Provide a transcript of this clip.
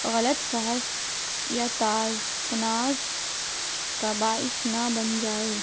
غلط فحش یا تنازعات کا باعث نہ بن جائے